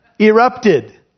erupted